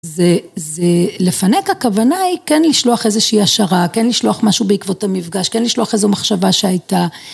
זה.. לפנק הכוונה היא כן לשלוח איזושהי השערה, כן לשלוח משהו בעקבות המפגש, כן לשלוח איזו מחשבה שהייתה.